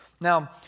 Now